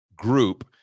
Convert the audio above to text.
Group